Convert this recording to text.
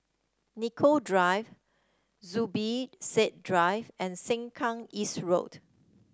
Nicoll Drive Zubir Said Drive and Sengkang East Road